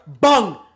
bung